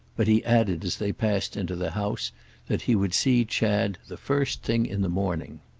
but he added as they passed into the house that he would see chad the first thing in the morning.